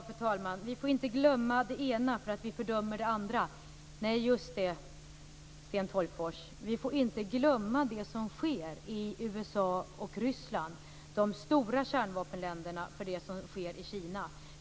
Fru talman! Vi får inte glömma det ena för att vi fördömer det andra. Nej, just det, Sten Tolgfors, vi får inte glömma det som sker i USA och Ryssland - de stora kärnvapenländerna - för det som sker i Kina.